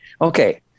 Okay